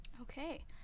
Okay